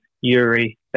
Yuri